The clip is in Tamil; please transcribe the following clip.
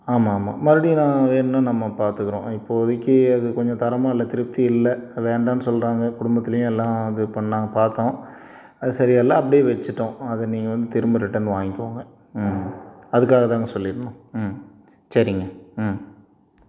ஆமாம் ஆமாம் மறுபடி நான் வேணுன்னால் நம்ம பார்த்துக்குறோம் இப்போதைக்கு அது கொஞ்சம் தரமாக இல்லை திருப்தி இல்லை வேண்டாம்ன்னு சொல்கிறாங்க குடும்பத்துலேயும் எல்லாம் இது பண்ணிணாங் பார்த்தோம் அது சரியாயில்ல அப்படியே வெச்சுட்டோம் அதை நீங்கள் வந்து திரும்ப ரிட்டன் வாங்கிக்கோங்க ம் அதுக்காகதாங்க சொல்லி இருந்தோம் ம் சரிங்க ம்